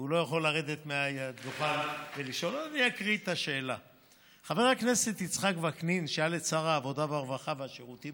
ישיב אדוני שר העבודה והרווחה והשירותים